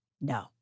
No